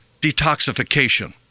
detoxification